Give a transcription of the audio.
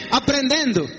aprendendo